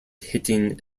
hitting